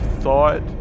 thought